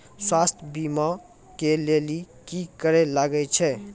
स्वास्थ्य बीमा के लेली की करे लागे छै?